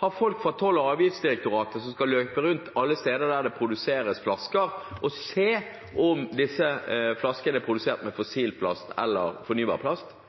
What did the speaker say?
ha folk fra Toll- og avgiftsdirektoratet løpende rundt alle steder der det produseres flasker, for å se om disse flaskene er produsert av fossil plast eller fornybar plast.